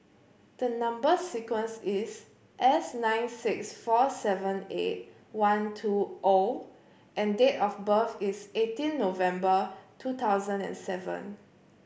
the number sequence is S nine six four seven eight one two O and date of birth is eighteen November two thousand and seven